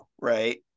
Right